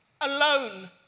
Alone